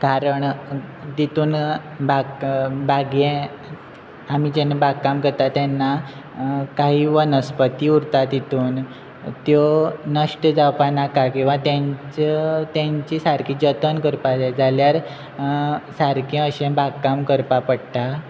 कारण तितून बाग बागे आमी जेन्ना बागकाम करता तेन्ना काही वनस्पती उरता तितून त्यो नश्ट जावपा नाका किंवां तेंच तेंची सारकी जतन करपा जाय जाल्यार सारकें अशें बागकाम करपा पडटा